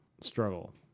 struggle